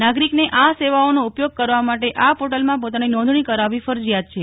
નાગરિકને આ સેવાઓનો ઉપયોગ કરવા માટે આ પોર્ટલમાં પોતાની નોંધણી કરાવવી ફરજિયાત છે